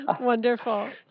Wonderful